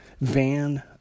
van